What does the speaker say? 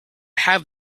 have